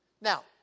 Now